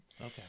Okay